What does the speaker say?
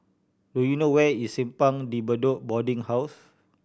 do you know where is Simpang De Bedok Boarding House